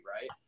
Right